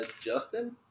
Justin